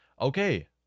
Okay